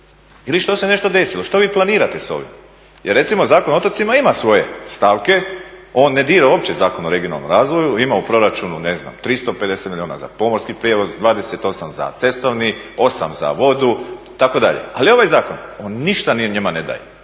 Ili što se desilo, što vi planirate s ovim? Jer recimo Zakon o otocima ima svoje stavke, on ne dira uopće Zakon o regionalnom razvoju, ima u proračunu, ne znam 350 milijuna za pomorski prijevoz, 28 za cestovni, 8 za vodu, itd., ali ovaj zakon, on ništa njima ne daje,